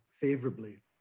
favorably